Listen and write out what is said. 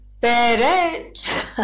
parents